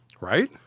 right